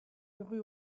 rue